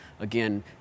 Again